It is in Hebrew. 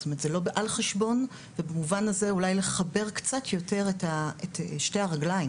זאת אומרת זה לא על חשבון ובמובן הזה אולי לחבר קצת יותר את שתי הרגליים